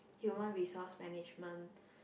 Human Resource Management